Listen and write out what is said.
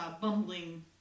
bumbling